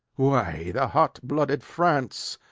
why, the hot-blooded france,